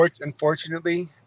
Unfortunately